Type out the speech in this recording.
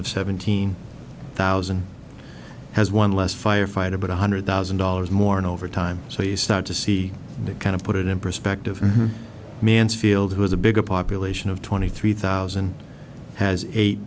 of seventeen thousand has one less firefighter but one hundred thousand dollars more in overtime so you start to see that kind of put it in perspective mansfield who has a bigger population of twenty three thousand has eight